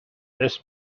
this